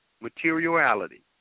Materiality